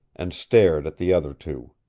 and stared at the other two.